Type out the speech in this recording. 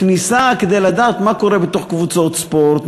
כניסה כדי לדעת מה קורה בתוך קבוצות ספורט,